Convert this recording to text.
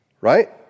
Right